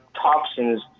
toxins